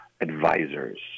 Advisors